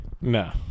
No